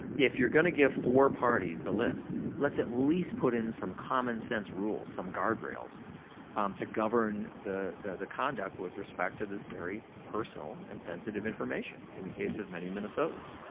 if you're gonna give four parties the lists, let's at least put in some common sense rules, some guardrails to govern the the conduct with respect to this very personal and sensitive information in the case of many minnesotans.